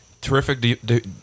terrific